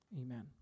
amen